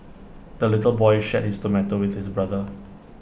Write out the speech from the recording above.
the little boy shared his tomato with his brother